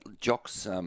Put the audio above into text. Jock's